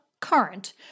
current